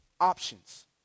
options